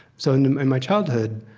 so in my childhood,